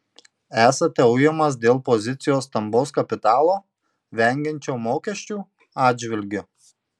esate ujamas dėl pozicijos stambaus kapitalo vengiančio mokesčių atžvilgiu